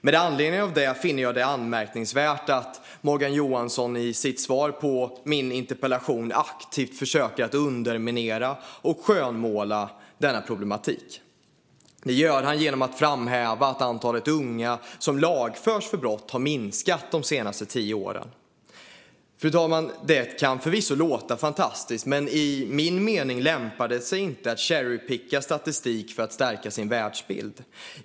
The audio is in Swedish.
Med anledning av detta finner jag det anmärkningsvärt att Morgan Johansson i sitt svar på min interpellation aktivt försöker att underminera och skönmåla detta problem. Det gör han genom att framhäva att antalet unga som lagförs för brott har minskat de senaste tio åren. Fru talman! Det kan förvisso låta fantastiskt, men i min mening lämpar det sig inte att ägna sig åt så kallad cherry-picking av statistik för att stärka sin världsbild.